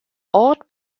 ort